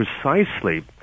precisely